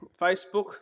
Facebook